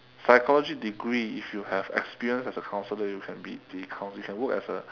psychology degree if you have experience as a counsellor you can be you can you can work as a